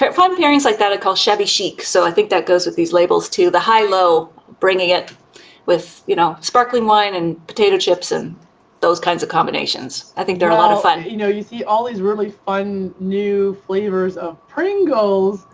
fun pairing like that, i call shabby chic. so i think that goes with these labels too. the high-low bringing it with you know sparkling wine and potato chips and those kinds of combinations. i think they're a lot of fun. you know you see all these really fun new flavors of pringles.